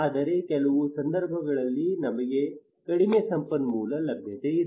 ಆದರೆ ಕೆಲವು ಸಂದರ್ಭಗಳಲ್ಲಿ ನಮಗೆ ಕಡಿಮೆ ಸಂಪನ್ಮೂಲ ಲಭ್ಯತೆ ಇದೆ